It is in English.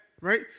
right